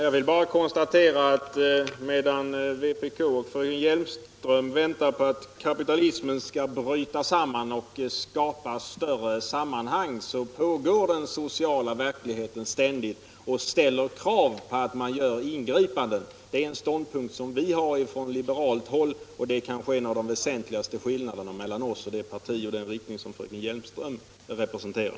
Herr talman! Medan vpk och fröken Hjelmström väntar på att kapitalismen skall bryta samman och att det skall skapas ett större sammanhang, har vi ständigt den sociala verkligheten omkring oss, och den ställer krav på ingripanden. Det är en ståndpunkt som vi på liberalt håll har, och det är kanske den väsentligaste skillnaden mellan oss och det parti som fröken Hjelmström representerar.